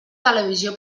televisió